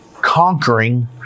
conquering